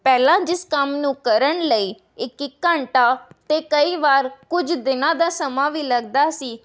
ਪਹਿਲਾਂ ਜਿਸ ਕੰਮ ਨੂੰ ਕਰਨ ਲਈ ਇੱਕ ਇੱਕ ਘੰਟਾ ਅਤੇ ਕਈ ਵਾਰ ਕੁਝ ਦਿਨਾਂ ਦਾ ਸਮਾਂ ਵੀ ਲੱਗਦਾ ਸੀ